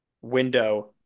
window